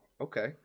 okay